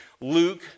Luke